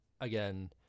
again